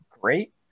great